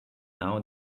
now